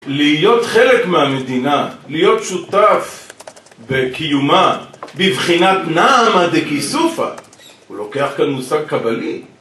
להיות חלק מהמדינה, להיות שותף בקיומה, בבחינת נעמה דקיסופה, הוא לוקח כאן מושג קבלי